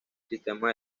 sistema